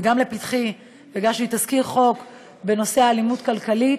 וגם לפתחי, הגשתי תזכיר חוק בנושא אלימות כלכלית,